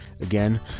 Again